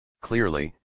Clearly